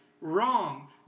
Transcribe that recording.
Wrong